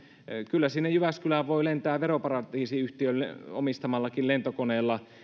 kyllä sinne jyväskylään voi lentää veroparatiisiyhtiönkin omistamalla lentokoneella